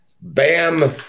bam